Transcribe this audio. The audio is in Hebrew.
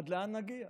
עד לאן נגיע,